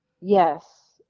Yes